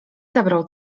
zabrał